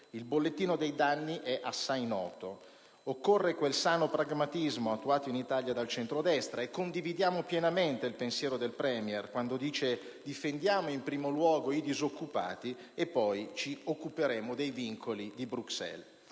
Il bollettino dei danni è assai noto. Occorre quel sano pragmatismo attuato in Italia dal centrodestra e condividiamo pienamente il pensiero del *Premier*, quando dice che dobbiamo difendere in primo luogo i disoccupati e poi ci occuperemo dei vincoli imposti da Bruxelles.